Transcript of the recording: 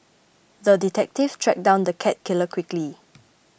the detective tracked down the cat killer quickly